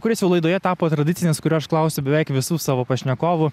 kuris jau laidoje tapo tradicinis kurio aš klausiu beveik visų savo pašnekovų